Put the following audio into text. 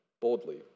boldly